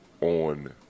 on